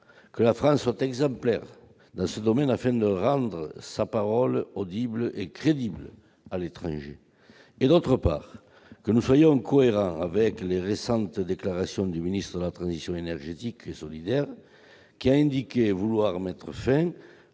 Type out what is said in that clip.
que la France soit exemplaire dans ce domaine, afin de rendre sa parole audible et crédible à l'étranger, d'autre part, que nous soyons cohérents avec les récentes déclarations du ministre de la transition écologique et solidaire, qui a indiqué vouloir mettre fin